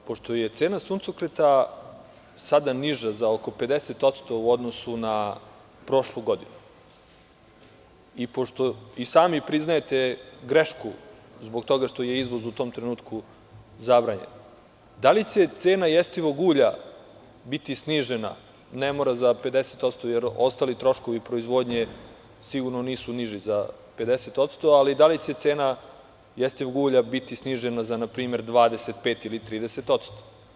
Pošto je cena suncokreta sada niža za oko 50% u odnosu na prošlu godinu i pošto i sami priznajete grešku zbog toga što je izvoz u tom trenutku zabranjen, da li će cena jestivog ulja biti snižena, ne mora za 50% jer ostali troškovi proizvodnje sigurno nisu niži za 50%, ali da li će cena jestivog ulja biti snižena za npr. 25% ili 30%